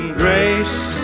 grace